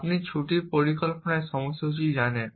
আপনি ছুটির পরিকল্পনার সময়সূচী জানেন